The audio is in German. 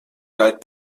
galt